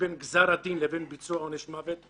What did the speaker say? שבין גזר הדין לבין ביצוע עונש המוות,